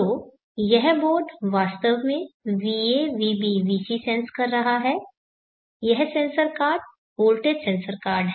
तो यह बोर्ड वास्तव में va vb vc सेंस कर रहा है यह sensor card voltage sensor card है